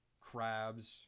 crabs